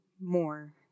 more